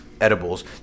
Edibles